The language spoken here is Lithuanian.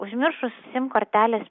užmiršus sim kortelės